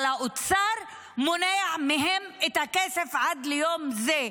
אבל האוצר מונע מהם את הכסף עד ליום זה.